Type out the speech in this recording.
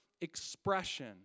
expression